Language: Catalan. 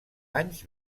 anys